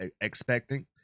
expecting